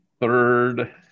third